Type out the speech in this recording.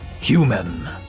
human